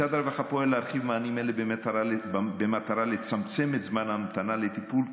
משרד הרווחה פועל להרחיב מענים אלה במטרה לצמצם את זמן ההמתנה לטיפול,